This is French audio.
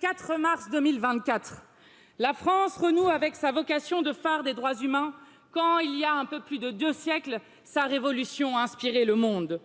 quatre le la france renoue avec sa vocation de phare des droits humains quand il yy a un peu plus de deux siècles sa révolution a inspiré le monde